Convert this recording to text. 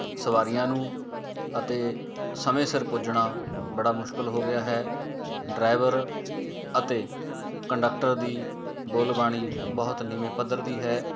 ਸਵਾਰੀਆਂ ਨੂੰ ਅਤੇ ਸਮੇਂ ਸਿਰ ਪੁੱਜਣਾ ਬੜਾ ਮੁਸ਼ਕਿਲ ਹੋ ਗਿਆ ਹੈ ਡਰਾਈਵਰ ਅਤੇ ਕੰਡਕਟਰ ਦੀ ਬੋਲਬਾਣੀ ਬਹੁਤ ਨੀਵੇਂ ਪੱਧਰ ਦੀ ਹੈ